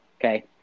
Okay